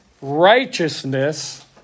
righteousness